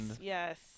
Yes